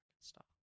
stop